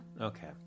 Okay